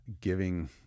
giving